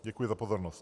Děkuji za pozornost.